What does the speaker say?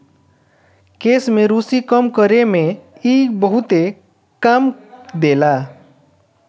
केश में रुसी कम करे में इ बहुते काम देला